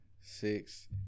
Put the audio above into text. Six